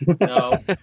No